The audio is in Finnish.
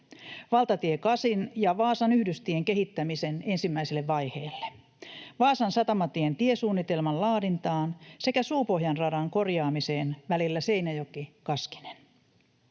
valtatie kasin ja Vaasan yhdystien kehittämisen ensimmäiselle vaiheelle, Vaasan satamatien tiesuunnitelman laadintaan sekä Suupohjan radan korjaamiseen välillä Seinäjoki—Kaskinen.